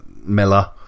Miller